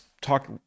talk